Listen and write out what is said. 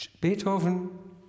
Beethoven